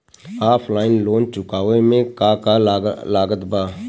Offline loan चुकावे म का का लागत बा?